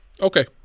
Okay